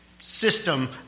system